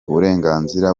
uburenganzira